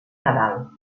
nadal